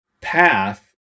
path